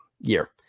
year